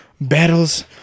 battles